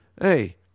Hey